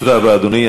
תודה רבה, אדוני.